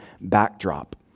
backdrop